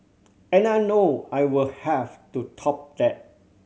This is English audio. and I know I will have to top that